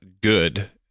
good